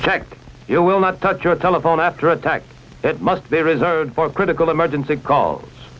checked it will not touch your telephone after attack it must be reserved for critical emergency calls